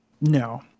no